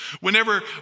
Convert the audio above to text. Whenever